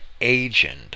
agent